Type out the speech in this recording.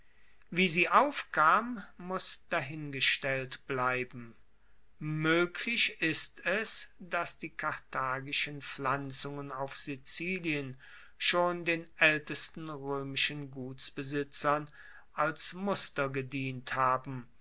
wie sie aufkam muss dahingestellt bleiben moeglich ist es dass die karthagischen pflanzungen auf sizilien schon den aeltesten roemischen gutsbesitzern als muster gedient haben